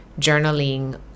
journaling